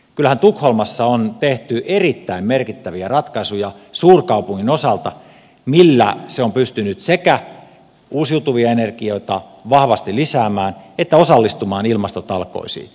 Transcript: kyllähän tukholmassa on tehty erittäin merkittäviä ratkaisuja suurkaupungin osalta millä se on pystynyt sekä uusiutuvia energioita vahvasti lisäämään että osallistumaan ilmastotalkoisiin